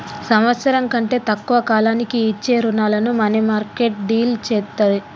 సంవత్సరం కంటే తక్కువ కాలానికి ఇచ్చే రుణాలను మనీమార్కెట్ డీల్ చేత్తది